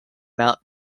mount